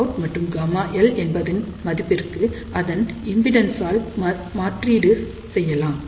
Γout மற்றும் ΓL என்பதன் மதிப்பிற்கு அதன் இம்பிடென்ஸ் ஆல் மாற்றீடு செய்யலாம்